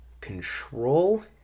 Control